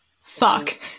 Fuck